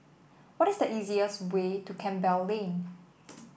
what is the easiest way to Campbell Lane